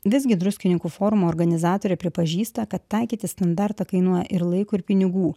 visgi druskininkų forumo organizatorė pripažįsta kad taikyti standartą kainuoja ir laiko ir pinigų